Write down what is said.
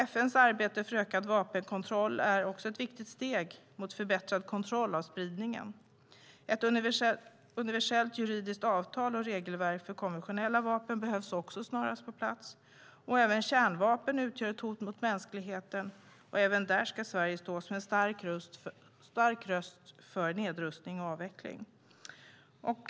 FN:s arbete för ökad vapenkontroll är ett viktigt steg mot förbättrad kontroll av spridningen. Ett universellt juridiskt avtal och regelverk för konventionella vapen behövs snarast på plats. Också kärnvapen utgör ett hot mot mänskligheten. Även där ska Sverige stå som en stark röst för nedrustning och avveckling.